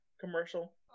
commercial